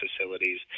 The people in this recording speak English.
facilities